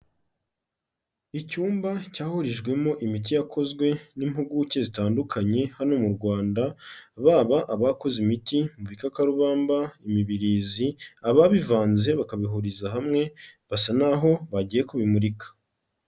Icyumba cyahurijwemo imiti yakozwe n'impuguke zitandukanye hano mu Rwanda, baba abakoze imiti mu bikakarubamba, imibirizi, ababivanze bakabihuriza hamwe, basa n'aho bagiye kubimurika.